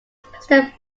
president